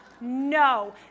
no